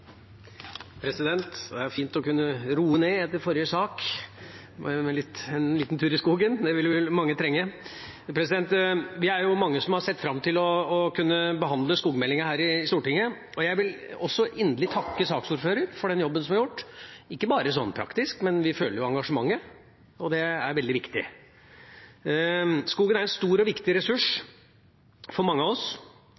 Det er fint å kunne roe ned etter forrige sak med en liten tur i skogen. Det vil mange trenge! Vi er mange som har sett fram til å kunne behandle skogmeldinga her i Stortinget. Jeg vil også inderlig takke saksordføreren for den jobben som er gjort – ikke bare sånn praktisk, men vi føler jo engasjementet, og det er veldig viktig. Skogen er en stor og viktig ressurs